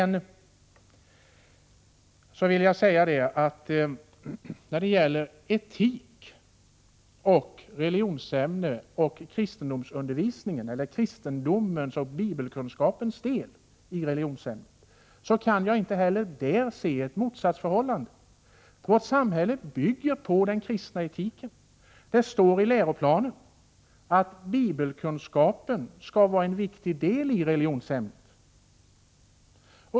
När det gäller etik och kristendomens och bibelkunskapens del i religionsämnet kan jag inte heller se ett motsatsförhållande. Vårt samhälle bygger på den kristna etiken. Det står i läroplanen att bibelkunskap skall vara en viktig del i religionsämnet.